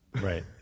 Right